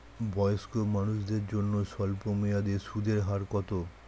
বয়স্ক মানুষদের জন্য স্বল্প মেয়াদে সুদের হার কত?